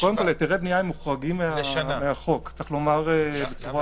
הם מוחרגים מהחוק, היתרי